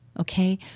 okay